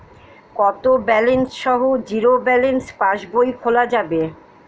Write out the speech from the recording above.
কত ব্যালেন্স সহ zero balance passbook খোলা যাবে?